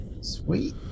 Sweet